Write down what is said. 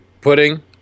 pudding